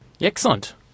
Excellent